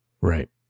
Right